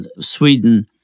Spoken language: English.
Sweden